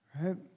Right